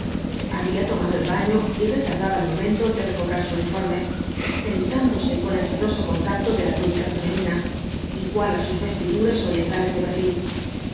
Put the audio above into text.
había tomado el baño y retardaba el momento de recobrar su uniforme deleitándose con el sedoso contacto de la túnica femenina igual á sus vestiduras orientales de berlín